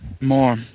more